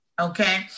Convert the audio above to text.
okay